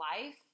life